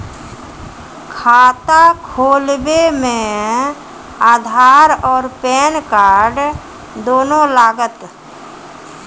खाता खोलबे मे आधार और पेन कार्ड दोनों लागत?